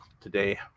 today